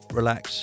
relax